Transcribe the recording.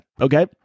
Okay